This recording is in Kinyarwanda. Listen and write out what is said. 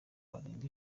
barenga